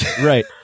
Right